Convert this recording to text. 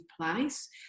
place